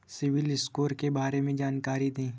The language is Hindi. सिबिल स्कोर के बारे में जानकारी दें?